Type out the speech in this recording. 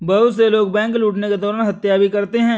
बहुत से लोग बैंक लूटने के दौरान हत्या भी करते हैं